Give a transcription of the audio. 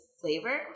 flavor